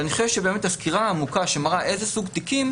אלא אני חושב שהסקירה העמוקה שמראה איזה סוג תיקים,